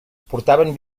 portaven